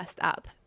up